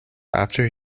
after